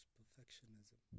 perfectionism